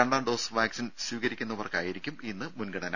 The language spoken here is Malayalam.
രണ്ടാം ഡോസ് വാക്സിൻ സ്വീകരിക്കുന്നവർക്കായിരിക്കും ഇന്ന് മുൻഗണന